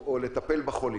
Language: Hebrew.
לטפל בחולים.